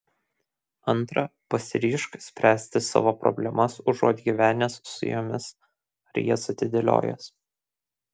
antra pasiryžk spręsti savo problemas užuot gyvenęs su jomis ar jas atidėliojęs